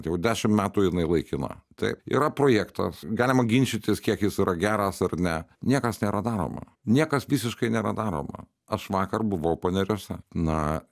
jau dešimt metų jinai laikina taip yra projektas galima ginčytis kiek jis yra geras ar ne niekas nėra daroma niekas visiškai nėra daroma aš vakar buvau paneriuose na